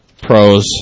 pros